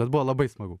bet buvo labai smagu